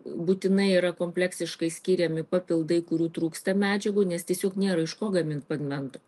būtinai yra kompleksiškai skiriami papildai kurių trūksta medžiagų nes tiesiog nėra iš ko gamint pigmento